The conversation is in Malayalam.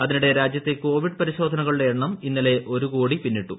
അതിനിടെ രാജ്യത്തെ കോവിഡ് പരിശോധന്ക്കൂളുടെ എണ്ണം ഇന്നലെ ഒരു കോടി പിന്നിട്ടു